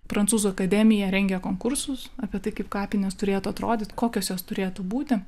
prancūzų akademija rengia konkursus apie tai kaip kapinės turėtų atrodyt kokios jos turėtų būti